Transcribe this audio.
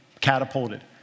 catapulted